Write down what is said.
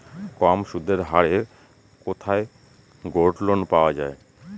কম সুদের হারে কোথায় গোল্ডলোন পাওয়া য়ায়?